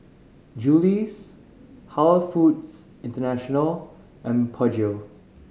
Julie's Halal Foods International and Peugeot